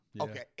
Okay